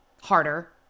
harder